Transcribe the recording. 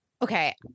Okay